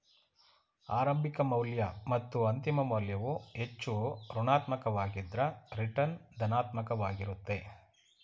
ಆರಂಭಿಕ ಮೌಲ್ಯ ಮತ್ತು ಅಂತಿಮ ಮೌಲ್ಯವು ಹೆಚ್ಚು ಋಣಾತ್ಮಕ ವಾಗಿದ್ದ್ರ ರಿಟರ್ನ್ ಧನಾತ್ಮಕ ವಾಗಿರುತ್ತೆ